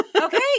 Okay